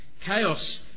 Chaos